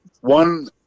One